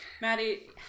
Maddie